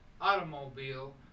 automobile